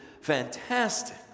fantastic